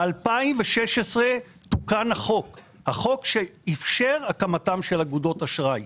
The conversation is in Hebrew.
ב-2016 תוקן החוק שאפשר הקמתן של אגודות אשראי.